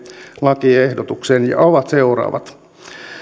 lakiehdotukseen ja ovat seuraavat